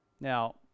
Now